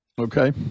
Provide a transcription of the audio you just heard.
Okay